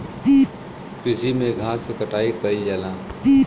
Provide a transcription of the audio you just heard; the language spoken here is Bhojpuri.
कृषि में घास क कटाई कइल जाला